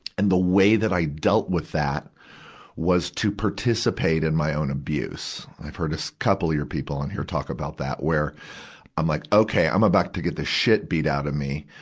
and the way that i dealt with that was to participate in my own abuse. i've heard a couple of your people and talk about that, where i'm like, okay, i'm about to get the shit beat out of me.